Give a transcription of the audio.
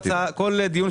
בכל ישיבה